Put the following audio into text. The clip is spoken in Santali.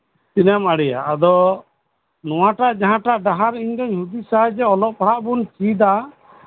ᱟᱫᱚ ᱛᱤᱱᱟᱹᱜ ᱮᱢ ᱟᱲᱮᱭᱟ ᱟᱫᱚ ᱱᱚᱣᱟᱴᱟᱜ ᱡᱟᱸᱦᱟᱴᱟᱜ ᱰᱟᱦᱟᱨ ᱤᱧ ᱫᱩᱧ ᱦᱩᱫᱤᱥᱟ ᱡᱮ ᱚᱞᱚᱜ ᱯᱟᱲᱦᱟᱜ ᱵᱚᱱ ᱪᱮᱫᱟ